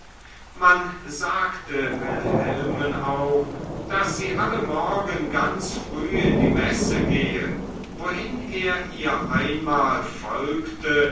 man sagte wilhelmen auch daß sie alle morgen ganz früh in die messe gehe wohin er ihr einmal folgte